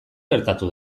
gertatu